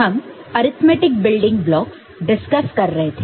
हम arithmetic building blocks discuss कर रहे थे